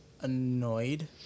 annoyed